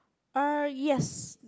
uh yes